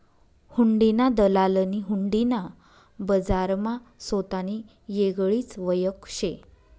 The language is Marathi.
हुंडीना दलालनी हुंडी ना बजारमा सोतानी येगळीच वयख शे